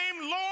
Lord